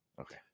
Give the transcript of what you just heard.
Okay